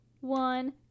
one